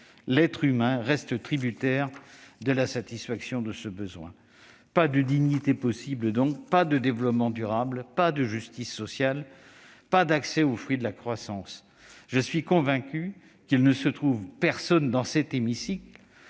l'être humain reste tributaire de la satisfaction de ce besoin : pas de dignité possible, pas de développement durable, pas de justice sociale, pas d'accès aux fruits de la croissance ! Je suis convaincu qu'il ne se trouve personne dans cet hémicycle